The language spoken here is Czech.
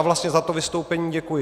Vlastně za to vystoupení děkuji.